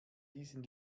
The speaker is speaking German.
diesen